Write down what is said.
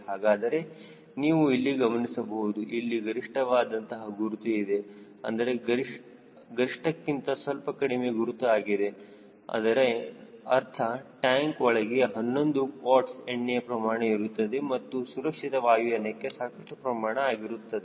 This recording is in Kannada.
ಹಾಗಾದರೆ ನೀವು ಇಲ್ಲಿ ಗಮನಿಸಬಹುದು ಇಲ್ಲಿ ಗರಿಷ್ಠ ವಾದ ಗುರುತು ಇದೆ ಅಂದರೆ ಗರಿಷ್ಠಕ್ಕಿಂತ ಸ್ವಲ್ಪ ಕಡಿಮೆ ಗುರುತು ಆಗಿದೆ ಇದರ ಅರ್ಥ ಟ್ಯಾಂಕ್ ಒಳಗೆ 11 ಕ್ವಾರ್ಟ್ಸ್ ಎಣ್ಣೆಯ ಪ್ರಮಾಣ ಇರುತ್ತದೆ ಇದು ಸುರಕ್ಷಿತ ವಾಯುಯಾನಕ್ಕೆ ಸಾಕಷ್ಟು ಪ್ರಮಾಣ ಆಗಿರುತ್ತದೆ